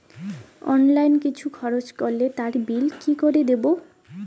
Online কিছু খরচ করলে তার বিল কি করে দেবো?